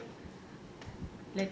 okay